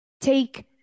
Take